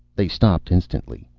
they stopped instantly,